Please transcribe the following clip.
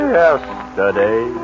yesterday